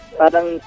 parang